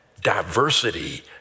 diversity